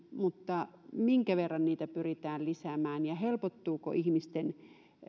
mutta minkä verran niitä pyritään lisäämään ja helpottuuko ihmisten